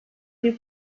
bir